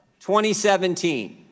2017